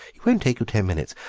it won't take you ten minutes.